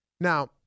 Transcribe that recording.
Now